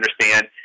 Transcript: understand